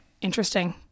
interesting